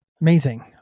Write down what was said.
Amazing